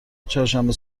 چهارشنبه